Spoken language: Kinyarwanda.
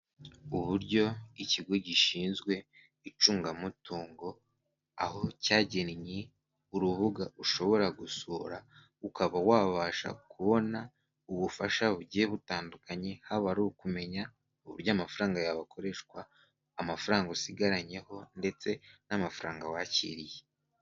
Uburyo ikigo gishinzwe icungamutungo aho cyagennye urubuga ushobora gusura ukaba wabasha kubona ubufasha bugiye butandukanye haba ari ukumenya uburyo amafaranga yawe akoreshwa amafaranga usigaranyeho ndetse n'amafaranga wakiriye.